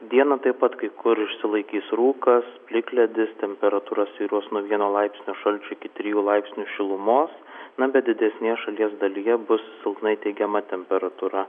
dieną taip pat kai kur išsilaikys rūkas plikledis temperatūra svyruos nuo vieno laipsnio šalčio iki trijų laipsnių šilumos na bet didesnėje šalies dalyje bus silpnai teigiama temperatūra